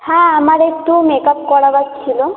হ্যাঁ আমার একটু মেকআপ করাবার ছিল